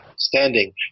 standing